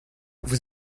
vous